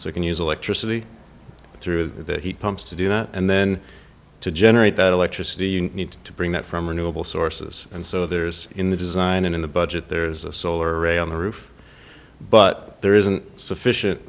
you can use electricity through the heat pumps to do that and then to generate that electricity you need to bring that from renewable sources and so there's in the design and in the budget there's a solar array on the roof but there isn't sufficient